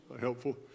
helpful